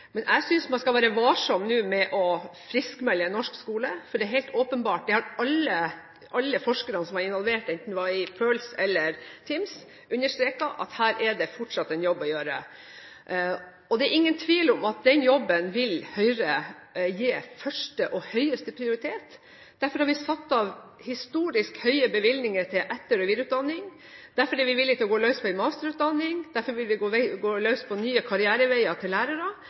Men jeg synes man nå skal være varsom med å friskmelde norsk skole, for alle forskerne som var involvert – enten det var i PIRLS eller i TIMSS – understreket at her er det åpenbart fortsatt en jobb å gjøre. Det er ingen tvil om at Høyre vil gi den jobben første og høyeste prioritet. Derfor har vi satt av historisk høye bevilgninger til etter- og videreutdanning, derfor er vi villige til å gå løs på en masterutdanning, derfor vil vi gå løs på nye karriereveier for lærerne – de tiltakene som skal bidra til